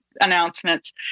announcements